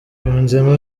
yunzemo